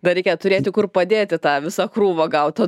dar reikia turėti kur padėti tą visą krūvą gautą